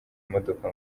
imodoka